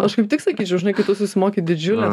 aš kaip tik sakyčiau žinai kai tu susimoki didžiulę